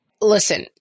Listen